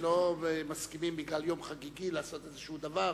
שלא מסכימים בגלל יום חגיגי לעשות איזה דבר.